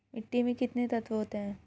मिट्टी में कितने तत्व होते हैं?